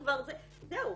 זהו.